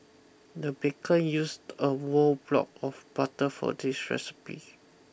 the baker used a war block of butter for this recipe